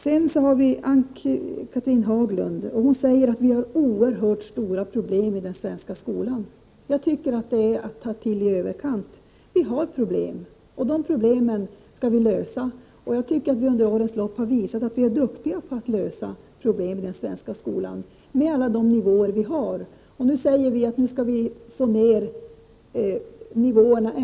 Sedan riktar jag mig till Ann-Cathrine Haglund, som säger att vi har oerhört stora problem i den svenska skolan. Jag tycker att det är att ta till i överkant. Vi har problem, och de problemen skall vi lösa. Vi har under årens lopp visat att vi är duktiga på att lösa problem i den svenska skolan på alla de nivåer som finns inom skolväsendet.